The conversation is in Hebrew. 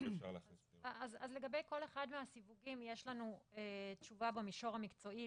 אז לגבי כל אחד מהסיווגים יש לנו תשובה במישור המקצועי,